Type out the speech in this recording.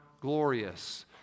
glorious